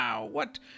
What